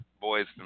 boys